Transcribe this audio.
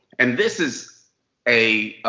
and this is a